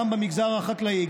גם במגזר החקלאי,